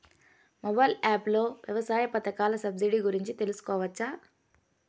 Mobile app లో వ్యవసాయ పథకాల సబ్సిడి గురించి తెలుసుకోవచ్చా?